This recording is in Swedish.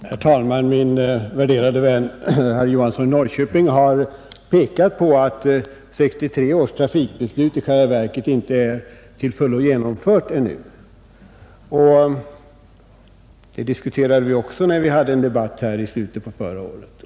26 Herr talman! Min värderade vän herr Johansson i Norrköping har påpekat att 1963 års trafikbeslut i själva verket ännu inte är till fullo genomfört. Även detta diskuterade vi under debatten i slutet av förra året.